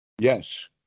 yes